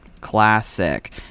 Classic